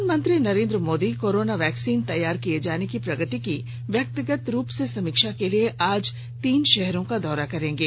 प्रधानमंत्री Narendra Modi corona vaccine तैयार किए जाने की प्रगति की व्यक्तिगत रूप से समीक्षा के लिए आज तीन शहरों का दौरा करेंगे